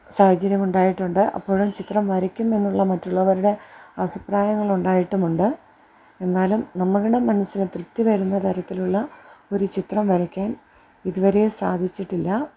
സാഹചര്യം ഉണ്ടായിട്ടുണ്ട് അപ്പോഴും ചിത്രം വരയ്ക്കും എന്നുള്ള മറ്റുള്ളവരുടെ അഭിപ്രായങ്ങളും ഉണ്ടായിട്ടും ഉണ്ട് എന്നാലും നമ്മളുടെ മനസ്സിന് തൃപ്തി വരുന്ന തരത്തിലുള്ള ഒരു ചിത്രം വരയ്ക്കാൻ ഇതുവരെയും സാധിച്ചിട്ടില്ല